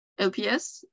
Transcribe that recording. LPS